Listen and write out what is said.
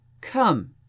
come